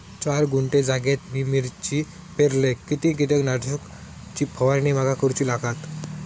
चार गुंठे जागेत मी मिरची पेरलय किती कीटक नाशक ची फवारणी माका करूची लागात?